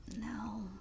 no